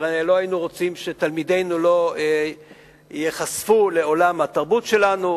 והרי לא היינו רוצים שתלמידינו לא ייחשפו לעולם התרבות שלנו,